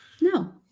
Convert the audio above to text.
No